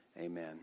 Amen